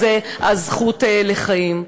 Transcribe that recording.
הזכות לחיים.